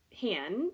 hand